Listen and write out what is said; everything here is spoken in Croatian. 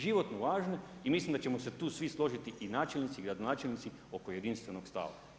Životno važne i mislim da ćemo se tu svi složiti, i načelnici i gradonačelnici oko jedinstvenog stava.